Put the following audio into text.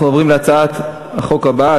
אנחנו עוברים להצעת החוק הבאה,